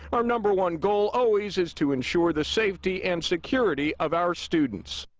our number one goal always is to ensure the safety and security of our students.